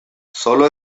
sólo